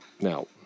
now